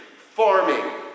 farming